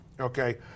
okay